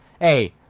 hey